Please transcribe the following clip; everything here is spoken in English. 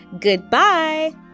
Goodbye